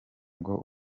ngo